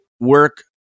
work